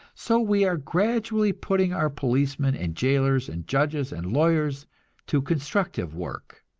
so we are gradually putting our policemen and jailers and judges and lawyers to constructive work.